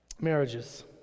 Marriages